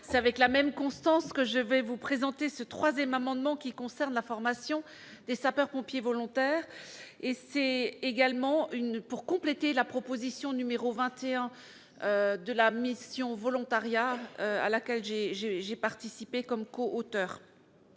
C'est avec constance que je vous présente ce troisième amendement, qui concerne la formation des sapeurs-pompiers volontaires. Il s'agit de décliner la proposition n° 21 de la mission Volontariat, à laquelle j'ai participé comme coauteur.